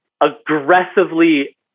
aggressively